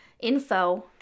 info